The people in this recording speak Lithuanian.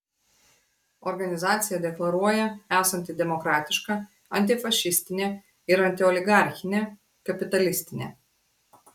organizacija deklaruoja esanti demokratiška antifašistinė ir antioligarchinė kapitalistinė